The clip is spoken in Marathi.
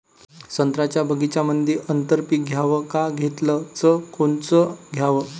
संत्र्याच्या बगीच्यामंदी आंतर पीक घ्याव का घेतलं च कोनचं घ्याव?